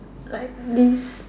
like this